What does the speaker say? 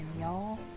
y'all